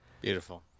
Beautiful